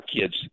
kids